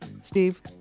Steve